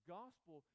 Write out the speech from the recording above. gospel